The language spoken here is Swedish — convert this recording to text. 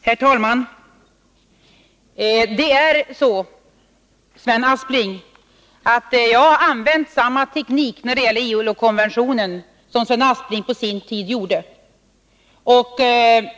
Herr talman! Det är så, Sven Aspling, att jag har använt samma teknik när det gäller ILO-konventionen som Sven Aspling på sin tid använde.